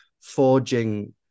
forging